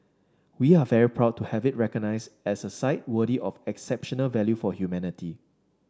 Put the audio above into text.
we are very proud to have it recognise as a site worthy of exceptional value for humanity